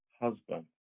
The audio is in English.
husband